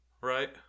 right